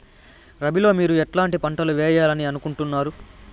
రబిలో మీరు ఎట్లాంటి పంటలు వేయాలి అనుకుంటున్నారు?